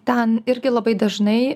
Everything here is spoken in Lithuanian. ten irgi labai dažnai